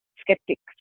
skeptics